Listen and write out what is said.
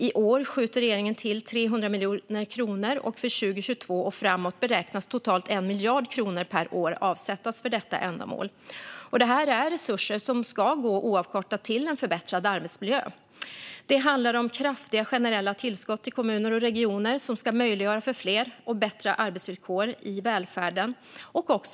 I år skjuter regeringen till 300 miljoner kronor, och för 2022 och framåt beräknas totalt 1 miljard kronor per år avsättas för detta ändamål. Dessa resurser ska oavkortat gå till en förbättrad arbetsmiljö. Det handlar om kraftiga generella tillskott till kommuner och regioner som ska möjliggöra för fler anställda och bättre arbetsvillkor i välfärden.